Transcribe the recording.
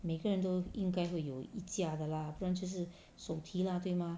每个人都应该会有一家的 lah 不然就是手提 lah 对吗